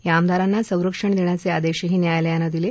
या आमदारांना संरक्षण देण्याचे आदेशही न्यायालयानं दिले